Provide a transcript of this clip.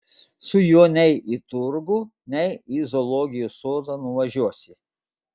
su juo nei į turgų nei į zoologijos sodą nuvažiuosi